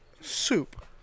soup